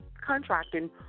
contracting